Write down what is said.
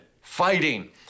fighting